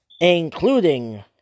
including